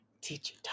teacher